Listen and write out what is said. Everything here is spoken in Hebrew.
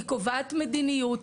היא קובעת מדיניות,